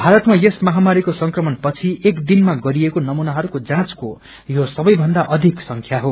भारतमा यस महामारीकोसंक्रमण पछि एक दिनमा गरिएको नमूनाहरूको जाँचको यो सबैभन्दा अधिक संख्या हो